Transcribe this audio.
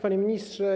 Panie Ministrze!